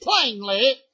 plainly